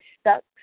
stuck